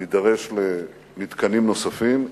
נידרש למתקנים נוספים.